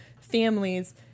families